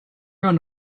going